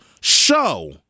show